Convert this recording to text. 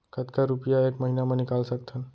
कतका रुपिया एक महीना म निकाल सकथन?